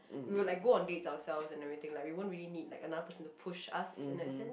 we would like go on dates ourselves and everything lah we don't really need like another person to push us in that sense